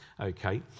okay